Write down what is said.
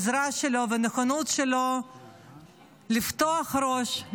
העזרה שלו והנכונות שלו לפתוח את הראש,